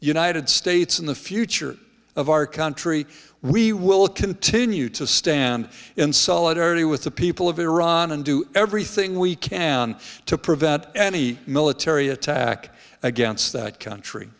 united states in the future of our country we will continue to stand in solidarity with the people of iran and do everything we can to prevent any military attack against that country